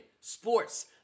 Sports